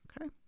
Okay